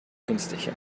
günstiger